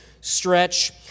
stretch